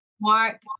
Mark